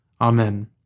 Amen